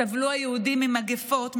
סבלו היהודים ממגפות,